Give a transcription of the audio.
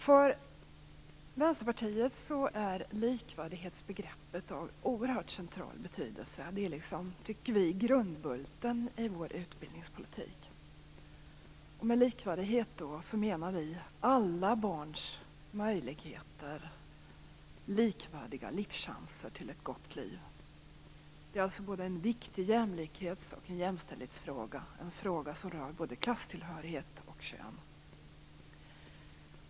För Vänsterpartiet är likvärdighetsbegreppet av oerhört central betydelse. Det är grundbulten i vår utbildningspolitik. Med likvärdighet menar vi alla barns möjligheter till likvärdiga livschanser och ett gott liv. Det är alltså en viktig jämlikhets och jämställdhetsfråga - en fråga som rör både klasstillhörighet och kön.